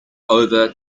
over